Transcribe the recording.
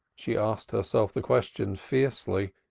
she asked herself the question fiercely,